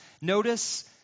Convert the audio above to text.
Notice